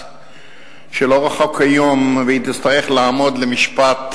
שלא רחוק היום והיא תצטרך לעמוד למשפט,